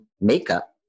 makeup